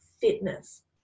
fitness